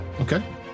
Okay